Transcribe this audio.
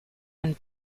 and